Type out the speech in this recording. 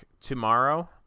tomorrow